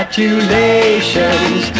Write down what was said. Congratulations